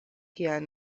kiel